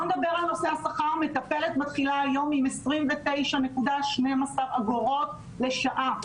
מטפלת מתחילה היום עם 29.12 שקלים לשעה.